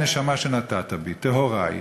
נשמה שנתת בי טהורה היא,